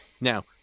Now